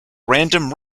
random